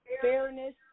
fairness